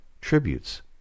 tributes